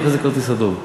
ואחרי זה כרטיס אדום,